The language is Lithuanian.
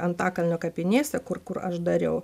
antakalnio kapinėse kur kur aš dariau